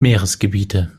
meeresgebiete